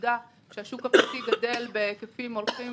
עובדה שהשוק הפרטי גדל בהיקפים הולכים